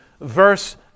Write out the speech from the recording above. verse